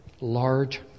Large